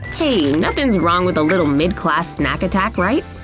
hey, nothing wrong with a little mid-class snack attack right?